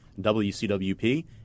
wcwp